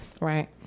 right